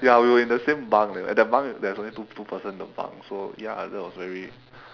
ya we were in the same bunk eh and that bunk there's only two two person in the bunk so ya lah that was very